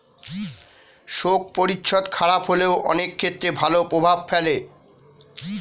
শোক পরিচ্ছদ খারাপ হলেও অনেক ক্ষেত্রে ভালো প্রভাব ফেলে